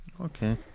Okay